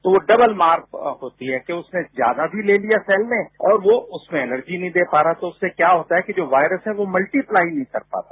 तो डबल मार होती है कि उसने ज्यादा भी ले लिया सेल ने और यो उसमें एनर्जी नहीं दे पा रहा तो उससे क्या होता है कि जो वायरस है वो उसमें मल्टीप्लाई नहीं कर पाता